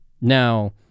Now